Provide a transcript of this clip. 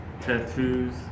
tattoos